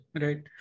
Right